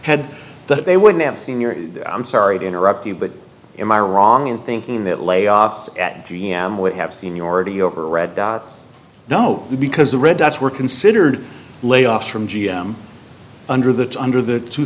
had that they wouldn't have seen your i'm sorry to interrupt you but am i wrong in thinking that layoffs at g m would have seniority over red no because the red dots were considered layoffs from g m under the under the two